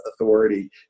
authority